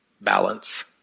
balance